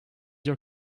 your